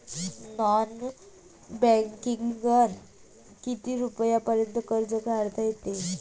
Non बँकिंगनं किती रुपयापर्यंत कर्ज काढता येते?